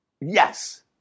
yes